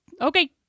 okay